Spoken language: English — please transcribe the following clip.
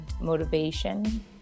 motivation